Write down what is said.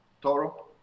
Toro